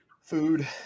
food